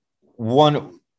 one –